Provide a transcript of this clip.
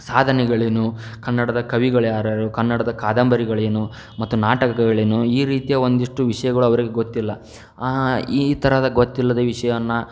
ಸಾಧನೆಗಳೇನು ಕನ್ನಡದ ಕವಿಗಳ್ಯಾರ್ಯಾರು ಕನ್ನಡದ ಕಾದಂಬರಿಗಳೇನು ಮತ್ತು ನಾಟಕಗಳೇನು ಈ ರೀತಿಯ ಒಂದಿಷ್ಟು ವಿಷಯಗಳು ಅವರಿಗೆ ಗೊತ್ತಿಲ್ಲ ಈ ಥರದ ಗೊತ್ತಿಲ್ಲದ ವಿಷಯವನ್ನು